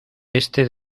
este